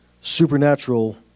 supernatural